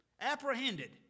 Apprehended